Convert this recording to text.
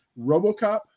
Robocop